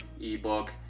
ebook